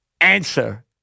answer